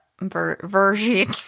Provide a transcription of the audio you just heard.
version